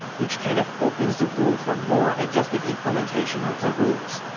which kind of opens the room for more adjusted implementation of the rules.